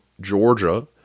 Georgia